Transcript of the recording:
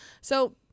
So-